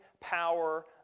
power